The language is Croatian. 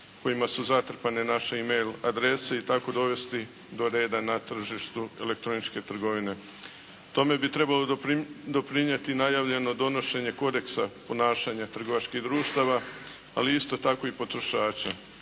kojima su zatrpane naše e-mail adrese i tako dovesti do reda na tržištu elektroničke trgovine. Tome bi trebalo doprinijeti najavljeno donošenje kodeksa ponašanja trgovačkih društava ali isto tako i potrošača.